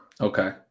Okay